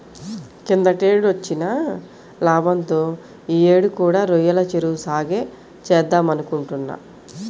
కిందటేడొచ్చిన లాభంతో యీ యేడు కూడా రొయ్యల చెరువు సాగే చేద్దామనుకుంటున్నా